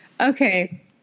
Okay